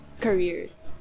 careers